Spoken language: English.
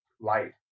light